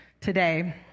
today